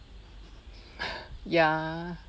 ya